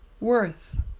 worth